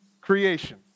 creation